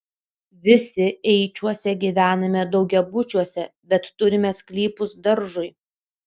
visi eičiuose gyvename daugiabučiuose bet turime sklypus daržui